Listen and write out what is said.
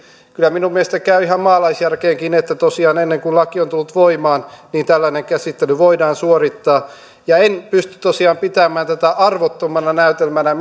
kyllä minun mielestäni käy ihan maalaisjärkeenkin että tosiaan ennen kuin laki on tullut voimaan tällainen käsittely voidaan suorittaa ja en pysty tosiaan pitämään tätä arvottomana näytelmänä